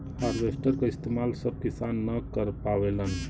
harvester क इस्तेमाल सब किसान न कर पावेलन